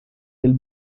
del